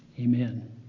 Amen